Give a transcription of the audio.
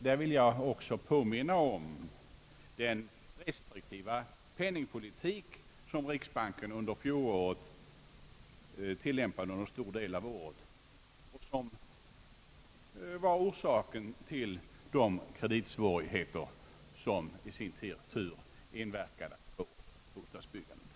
Jag vill också påminna om den restriktiva penningpolitik som riksbanken under fjolåret och under en stor del av innevarande år har tillämpat och som var orsaken till de kreditsvårigheter som i sin tur inverkat på bostadsbyggandet.